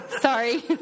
sorry